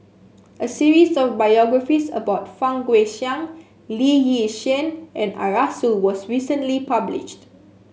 a series of biographies about Fang Guixiang Lee Yi Shyan and Arasu was recently published